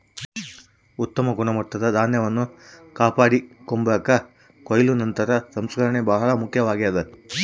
ಉತ್ತಮ ಗುಣಮಟ್ಟದ ಧಾನ್ಯವನ್ನು ಕಾಪಾಡಿಕೆಂಬಾಕ ಕೊಯ್ಲು ನಂತರದ ಸಂಸ್ಕರಣೆ ಬಹಳ ಮುಖ್ಯವಾಗ್ಯದ